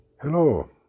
Hello